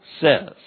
says